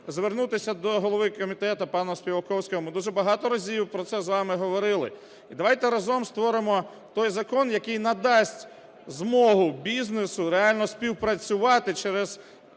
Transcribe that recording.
звернутися до голови комітету пана Співаковського. Ми дуже багато разів про це з вами говорили, і давайте разом створимо той закон, який надасть змогу бізнесу реально співпрацювати через